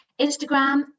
Instagram